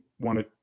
Wanted